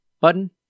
button